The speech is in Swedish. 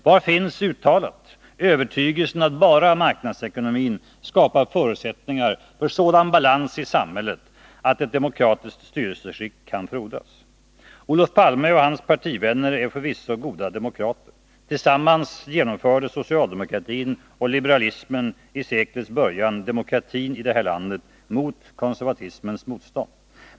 Var finns uttalat övertygelsen att bara marknadsekonomin skapar förutsättningar för sådan balans i samhället att ett demokratiskt styrelseskick kan frodas? Olof Palme och hans partivänner är förvisso goda demokrater. Tillsammans genomförde socialdemokratin och liberalismen i seklets början demokratin i det här landet trots konservatismens motstånd.